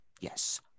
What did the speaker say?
yes